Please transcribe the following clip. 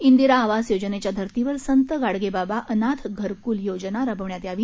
इंदिरा आवास योजनेच्या धर्तीवर संत गाडगेबाबा अनाथ घरकूल योजना राबविण्यात यावी